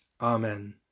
Amen